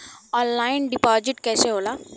Online deposit कैसे होला?